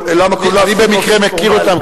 אני במקרה מכיר אותם,